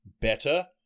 Better